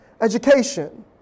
Education